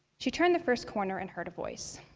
she turned the first corner and heard a voice.